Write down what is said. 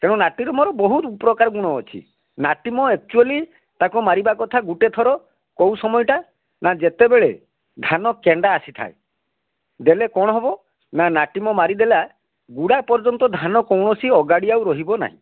ତେଣୁ ନାଟିମର ବହୁତ ପ୍ରକାର ଗୁଣ ଅଛି ନାଟିମ ଏକଚୁଲି ତାକୁ ମାରିବା କଥା ଗୁଟେ ଥର କେଉଁ ସମୟଟା ନା ଯେତେବେଳେ ଧାନ କେଣ୍ଡା ଅସିଥାଏ ଦେଲେ କ'ଣ ହବ ନା ନାଟିମ ମାରି ଦେଲା ଗୁଡ଼ା ପର୍ଯ୍ୟନ୍ତ ଧାନ କୌଣସି ଅଗାଡ଼ି ଆଉ ରହିବ ନାହିଁ